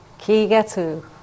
Kigetsu